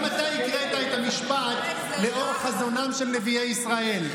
גם אתה הקראת את המשפט: "לאור חזונם של נביאי ישראל".